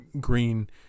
green